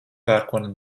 pērkona